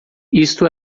isto